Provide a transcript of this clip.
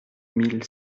mille